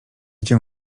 cię